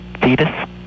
Fetus